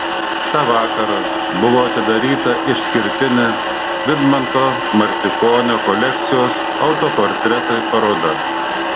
tą vakarą buvo atidaryta išskirtinė vidmanto martikonio kolekcijos autoportretai paroda